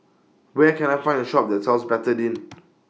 Where Can I Find A Shop that sells Betadine